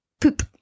poop